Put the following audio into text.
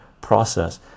process